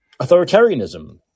authoritarianism